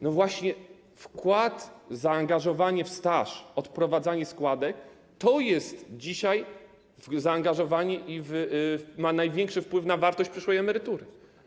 No właśnie wkład, zaangażowanie w staż, odprowadzanie składek to jest dzisiaj zaangażowanie i ma największy wpływ na wartość przyszłej emerytury.